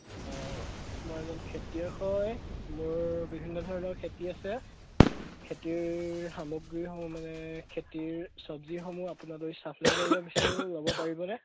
মই এজন খেতিয়ক হয় মোৰ বিভিন্ন ধৰণৰ খেতি আছে খেতিৰ সামগ্ৰীসমূহ মানে খেতিৰ চব্জিসমূহ আপোনালৈ চাপ্লাই কৰিব বিচাৰোঁ ল'ব পাৰিবনে